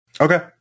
Okay